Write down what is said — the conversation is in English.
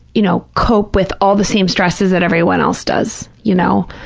you know, cope with all the same stresses that everyone else does, you know?